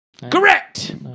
Correct